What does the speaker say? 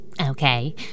Okay